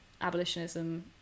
abolitionism